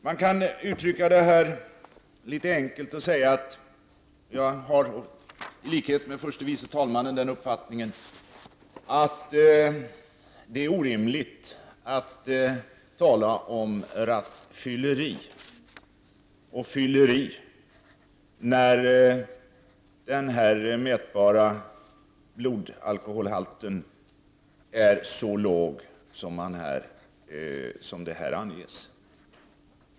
Man kan förenklat uttryckt säga att jag i likhet med förste vice talmannen har den uppfattningen att det är orimligt att tala om rattfylleri och fylleri när den mätbara blodalkoholhalten är så låg som vad som här anges.